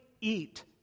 eat